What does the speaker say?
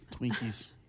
twinkies